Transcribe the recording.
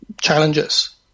challenges